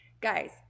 Guys